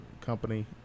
company